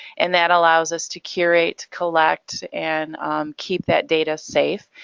and that allows us to curate, to collect, and keep that data safe.